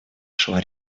шла